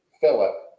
Philip